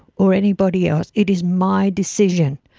or anybody else. it is my decision.